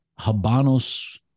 Habanos